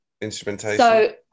instrumentation